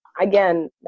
again